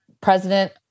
president